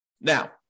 Now